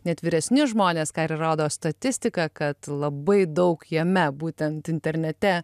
net vyresni žmonės ką ir rodo statistika kad labai daug jame būtent internete